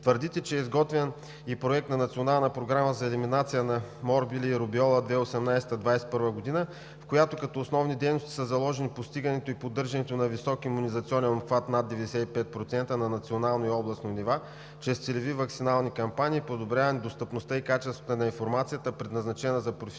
Твърдите, че е изготвен и Проект на национална програма за елиминация на морбили и рубеола 2018 – 2021 г., в която като основни дейности са заложени постигането и поддържането на висок имунизационен обхват над 95% на национално и областни нива чрез целеви ваксинални кампании и подобряване достъпността и качеството на информацията, предназначена за професионалисти